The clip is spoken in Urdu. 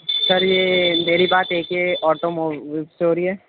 سر یہ میری بات اے کے آٹو موبائل سے ہو رہی ہے